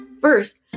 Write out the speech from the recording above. First